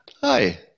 Hi